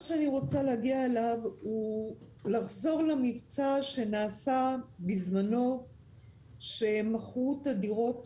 אני רוצה לחזור למבצע שנעשה בזמנו כאשר מכרו את הדירות